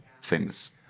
famous